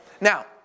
Now